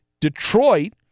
Detroit